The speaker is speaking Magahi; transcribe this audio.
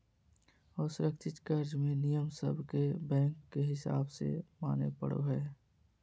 असुरक्षित कर्ज मे नियम सब के बैंक के हिसाब से माने पड़ो हय